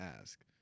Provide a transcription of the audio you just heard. ask